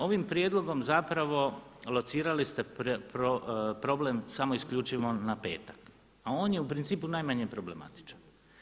Ovim prijedlogom zapravo locirali ste problem samo isključivo na petak a on je u principu najmanje problematičan.